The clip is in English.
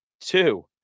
Two